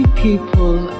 People